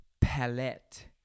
palette